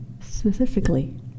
specifically